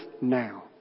now